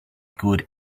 good